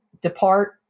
depart